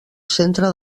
centre